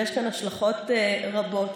ויש כאן השלכות רבות.